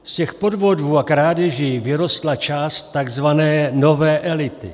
Z těch podvodů a krádeží vyrostla část takzvané nové elity.